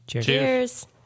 Cheers